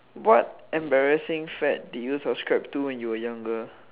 what embarrassing fact did you subscribe to when you were younger